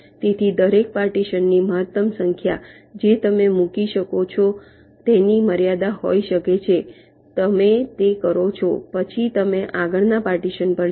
તેથી દરેક પાર્ટીશનની મહત્તમ સંખ્યા જે તમે મૂકી શકો છો તેની મર્યાદા હોઈ શકે છે તમે તે કરો પછી તમે આગળના પાર્ટીશન પર જાઓ